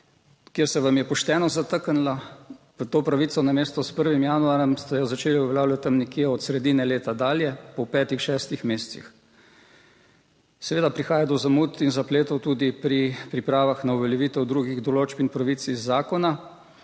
kjer se vam je pošteno zataknila to pravico. Namesto s 1. januarjem ste jo začeli uveljavljati tam nekje od sredine leta dalje, po petih, šestih mesecih. Seveda prihaja do zamud in zapletov tudi pri pripravah na uveljavitev drugih določb in pravic iz zakona.